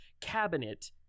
cabinet